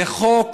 זה חוק